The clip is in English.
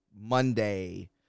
Monday